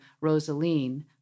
Rosaline